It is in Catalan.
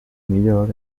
millor